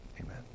Amen